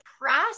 process